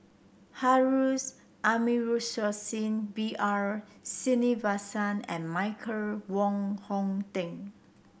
Harun Aminurrashid B R Sreenivasan and Michael Wong Hong Teng